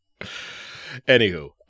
Anywho